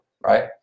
right